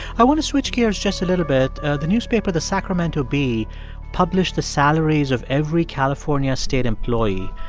i want to switch gears just a little bit. the newspaper the sacramento bee published the salaries of every california state employee.